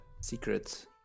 secret